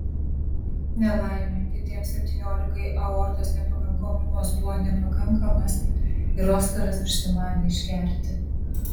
nelaimė kitiems septyniolikai aortos nepakankamumas buvo nepakankamas ir oskaras užsimanė išgerti